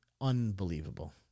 unbelievable